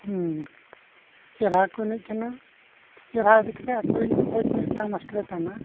ᱦᱮᱸ ᱪᱮᱨᱦᱟ ᱜᱮᱠᱚ ᱮᱱᱮᱡ ᱠᱟᱱᱟ ᱪᱮᱨᱦᱟ ᱤᱫᱤ ᱠᱟᱛᱮᱫ ᱟᱠᱚᱭᱤᱡ ᱢᱤᱫᱴᱟᱝ ᱢᱟᱥᱴᱟᱨᱮ ᱛᱟᱦᱮᱱᱟ